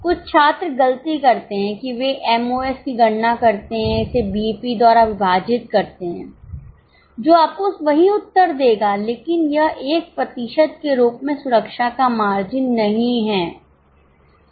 कुछ छात्र गलती करते हैं कि वे एमओएस की गणना करते हैं इसे बीईपी द्वारा विभाजित करते हैं जो आपको वही उत्तर देगा लेकिन यह एक प्रतिशत के रूप में सुरक्षा का एक मार्जिन नहीं है समझ रहे हैं